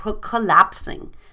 collapsing